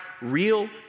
real